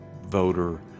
voter